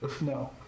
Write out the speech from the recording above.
No